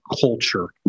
culture